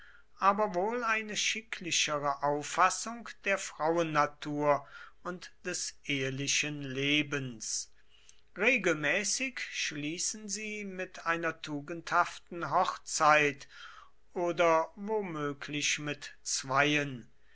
aber wohl eine schicklichere auffassung der frauennatur und des ehelichen lebens regelmäßig schließen sie mit einer tugendhaften hochzeit oder womöglich mit zweien